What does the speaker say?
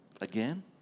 Again